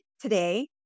today